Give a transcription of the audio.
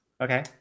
Okay